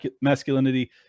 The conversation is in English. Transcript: masculinity